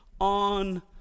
on